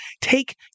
take